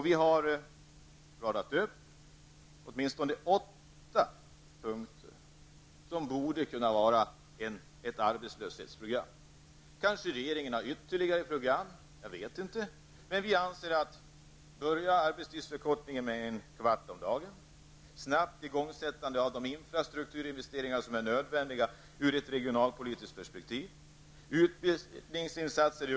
Vi har åtminstone åtta förslag till åtgärder som borde kunna vara ett arbetslöshetsprogram. Regeringen kanske har ytterligare förslag; det vet jag inte. Vi föreslår: -- Snabbt igångsättande av infrastrukturinvesteringar som är nödvändiga ur ett regionalpolitiskt perspektiv.